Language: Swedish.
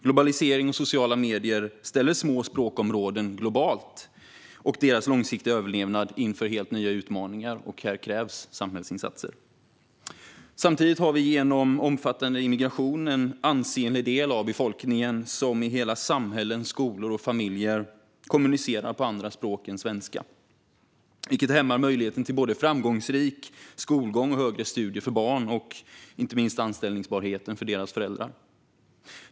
Globalisering och sociala medier ställer globalt små språkområden och deras långsiktiga överlevnad inför helt nya utmaningar. Här krävs samhällsinsatser. Samtidigt har vi genom omfattande immigration en ansenlig del av befolkningen som i hela samhällen, skolor och familjer kommunicerar på andra språk än svenska, vilket hämmar både möjligheten till framgångsrik skolgång och högre studier för barn och anställbarheten för deras föräldrar.